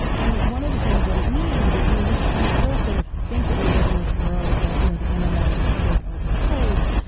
and one of the things that it means, is you know we we still sort of think that we live in this world, that you know the internet is this big open place.